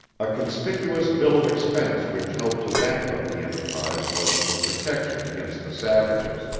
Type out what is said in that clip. a conspicuous bill of expense which helped to bankrupt the enterprise was for protection against the savages.